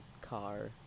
car